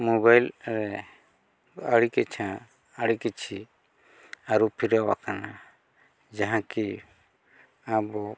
mobile ᱨᱮ ᱟᱹᱰᱤ ᱠᱤᱪᱷᱟᱹ ᱟᱹᱰᱤ ᱠᱤᱪᱷᱤ ᱟᱹᱨᱩ ᱯᱷᱮᱨᱟᱣ ᱟᱠᱟᱱᱟ ᱡᱟᱦᱟᱸ ᱠᱤ ᱟᱵᱚ